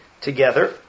together